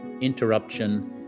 interruption